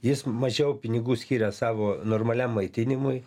jis mažiau pinigų skiria savo normaliam maitinimui